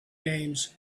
names